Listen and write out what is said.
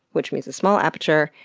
which means a small aperture,